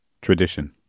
Tradition